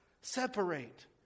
separate